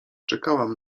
czekałam